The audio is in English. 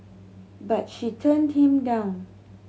but she turned him down